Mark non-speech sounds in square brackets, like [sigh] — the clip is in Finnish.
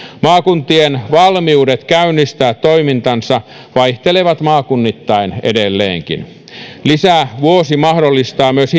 maakuntien valmiudet käynnistää toimintansa vaihtelevat maakunnittain edelleenkin lisävuosi mahdollistaa myös [unintelligible]